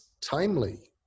Timely